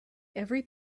every